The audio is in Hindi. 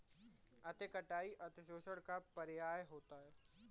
अति कटाई अतिशोषण का पर्याय होता है